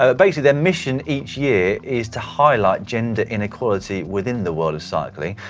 ah basically, their mission each year is to highlight gender inequality within the world of cycling,